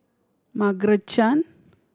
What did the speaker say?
Margaret Chan